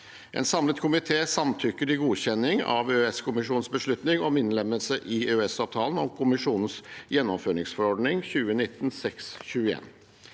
En samlet komité samtykker til godkjenning av EØS-kommisjonens beslutning om innlemmelse i EØSavtalen av Kommisjonens gjennomføringsforordning 2019/621.